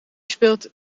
speelt